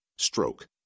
Stroke